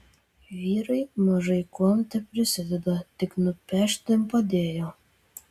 vyrai mažai kuom teprisideda tik nupešti padėjo